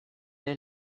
est